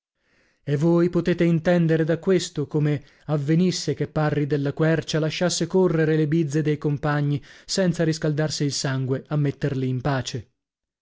e voi potete intendere da questo come avvenisse che parri della quercia lasciasse correre le bizze dei compagni senza riscaldarsi il sangue a metterli in pace